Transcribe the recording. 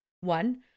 One